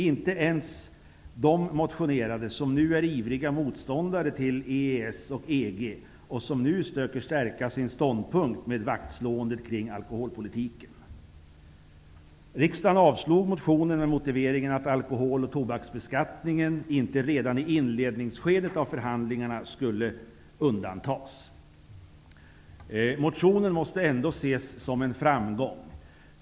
Inte ens de motionerade som nu är ivriga motståndare till EES och EG, och som nu söker stärka sin ståndpunkt med vaktslåendet kring alkoholpolitiken. Motionen måste ändå ses som en framgång.